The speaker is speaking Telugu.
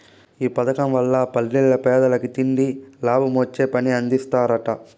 ఈ పదకం వల్ల పల్లెల్ల పేదలకి తిండి, లాభమొచ్చే పని అందిస్తరట